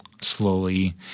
slowly